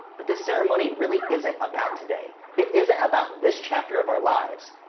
but this ceremony really isn't about today. it isn't about this chapter of our lives.